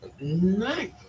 Nice